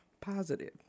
positive